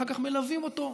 אחר כך מלווים אותו,